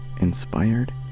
Inspired